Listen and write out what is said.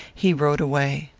he rode away.